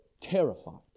terrified